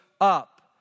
up